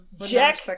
Jack